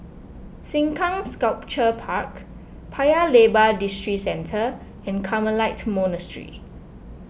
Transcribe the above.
Sengkang Sculpture Park Paya Lebar Districentre and Carmelite Monastery